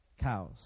cows